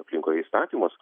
aplinkoje įstatymas